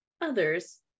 others